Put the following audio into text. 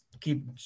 keep